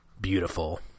beautiful